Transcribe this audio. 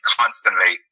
constantly